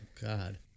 God